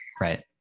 right